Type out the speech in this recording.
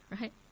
Right